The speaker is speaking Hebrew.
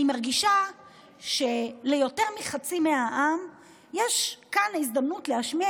אני מרגישה שליותר מחצי מהעם יש כאן הזדמנות להשמיע